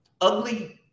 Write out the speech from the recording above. ugly